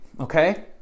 okay